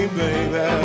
baby